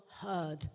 heard